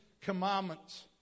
commandments